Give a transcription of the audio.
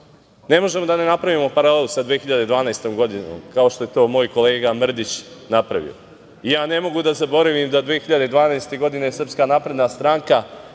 ne možemo da ne napravimo paralelu sa 2012. godinom, kao što je to moj kolega Mrdić napravio. Ja ne mogu da zaboravim da 2012. godine SNS ništa od svega